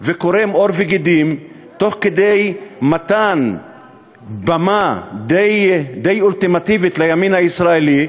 וקורם עור וגידים תוך כדי מתן במה די אולטימטיבית לימין הישראלי,